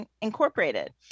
Incorporated